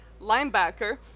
linebacker